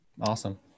awesome